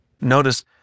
Notice